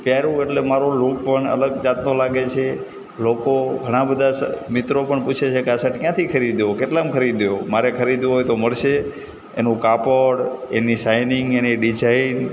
પહેરું એટલે મારું લૂક પણ અલગ જાતનો લાગે છે લોકો ઘણાં બધા સ મિત્રો પણ પૂછે છે કે આ સટ ક્યાંથી ખરીદ્યો કેટલામાં ખરીદ્યો મારે ખરીદવો હોય તો મળશે એનું કાપડ એની સાઇનિંગ એની ડિજાઇન